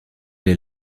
est